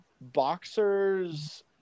boxers